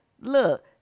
look